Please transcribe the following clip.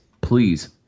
please